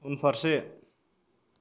उनफारसे